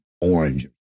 orange